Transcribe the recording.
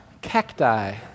cacti